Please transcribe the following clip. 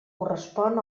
correspon